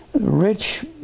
Rich